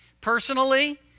personally